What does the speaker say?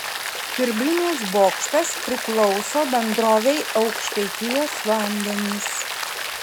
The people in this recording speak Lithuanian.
siurblinės bokštas priklauso bendrovei aukštaitijos vandenys